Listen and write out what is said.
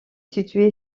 situé